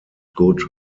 good